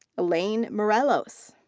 elaine morelos.